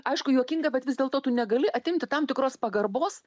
aišku juokinga bet vis dėlto tu negali atimti tam tikros pagarbos